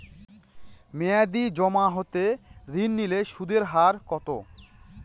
মেয়াদী জমা হতে ঋণ নিলে সুদের হার কত?